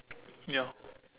ya